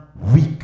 weak